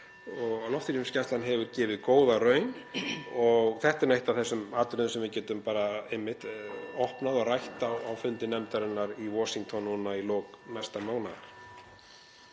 Loftrýmisgæslan hefur gefið góða raun og þetta er eitt af þessum atriðum sem við getum bara einmitt opnað og rætt á fundi nefndarinnar í Washington núna í lok næsta mánaðar.